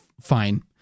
Fine